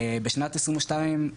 בשנת 22,